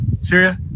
Syria